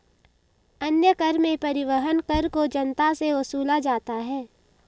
अन्य कर में परिवहन कर को जनता से वसूला जाता है